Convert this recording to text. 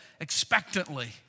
expectantly